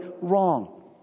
wrong